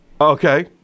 Okay